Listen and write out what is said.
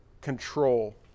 control